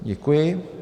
Děkuji.